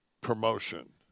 promotion